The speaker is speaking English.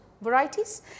varieties